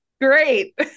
Great